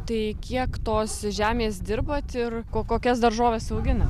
tai kiek tos žemės dirbat ir ko kokias daržoves auginat